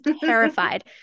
terrified